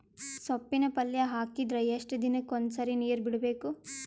ಸೊಪ್ಪಿನ ಪಲ್ಯ ಹಾಕಿದರ ಎಷ್ಟು ದಿನಕ್ಕ ಒಂದ್ಸರಿ ನೀರು ಬಿಡಬೇಕು?